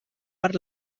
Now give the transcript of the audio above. per